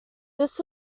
this